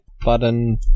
button